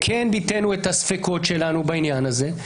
כן ביטאנו את הספקות שלנו בעניין הזה.